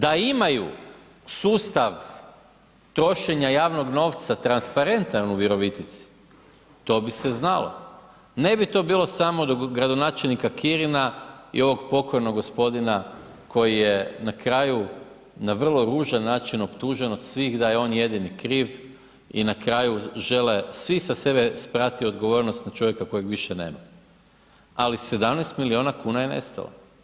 Da imaju sustav trošenja javnog novca transparentan u Virovitici, to bi se znalo, ne bi to bilo samo do gradonačelnika Kirina i ovog pokojnog gospodina koji je na kraju na vrlo ružan način optužen od svih da je on jedini kriv i na kraju žele svi sa sebe sprati odgovornost na čovjeka kojeg više nema, ali 17 milijuna kuna je nestalo.